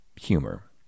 humor